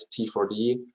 T4D